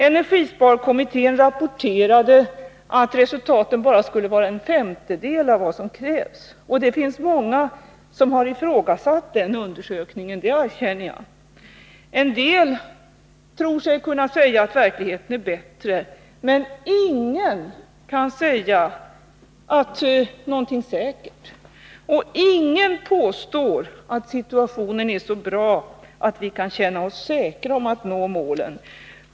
Energisparkommittén rapporterade att resultaten bara var en femtedel av vad som krävs. Det är många som har ifrågasatt den undersökningen, det erkänner jag. En del tror sig kunna säga att verkligheten är bättre, men ingen kan säga någonting säkert. Och ingen påstår att situationen är så bra att vi kan känna oss säkra om att nå målen.